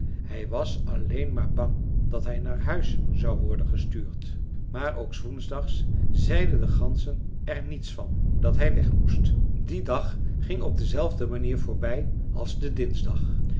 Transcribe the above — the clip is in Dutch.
hij was alleen maar bang dat hij naar huis zou worden gestuurd maar ook s woensdags zeiden de ganzen er niets van dat hij weg moest die dag ging op dezelfde manier voorbij als de dinsdag